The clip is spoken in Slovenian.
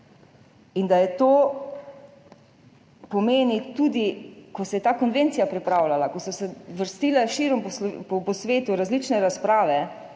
in to pomeni tudi, ko se je ta konvencija pripravljala, ko so se vrstile širom sveta različne razprave,